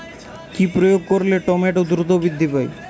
কি প্রয়োগ করলে টমেটো দ্রুত বৃদ্ধি পায়?